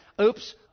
oops